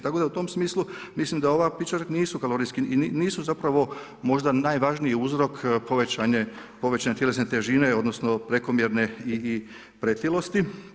Tako da u tom smislu mislim da ova pića nisu kalorijski, nisu zapravo najvažniji uzrok povećane tjelesne težine, odnosno prekomjerne i pretilosti.